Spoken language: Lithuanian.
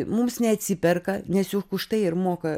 mums neatsiperka nes juk už tai ir moka